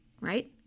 right